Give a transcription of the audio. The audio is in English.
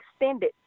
extended